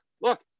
Look